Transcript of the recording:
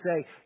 say